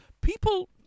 People